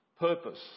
Purpose